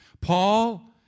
Paul